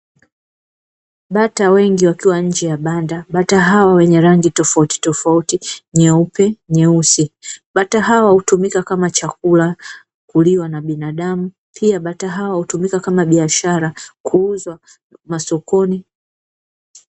Bata wengi wakiwa nje ya banda, bata hao wenye rangi tofauti tofauti nyeupe, nyeusi, bata hawa hutumika kama chakula na binadamu pia bata hao hutumika kama biashara kuuzwa masokoni.